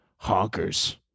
honkers